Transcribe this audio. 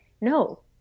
No